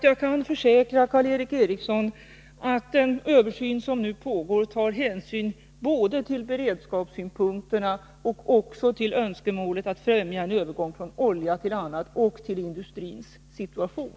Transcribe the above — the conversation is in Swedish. Jag kan försäkra Karl Erik Eriksson att den översyn som nu pågår tar hänsyn både till beredskapssynpunkterna, till önskemålet att främja en övergång från olja till inhemska bränslen och till industrins situation.